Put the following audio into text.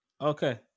Okay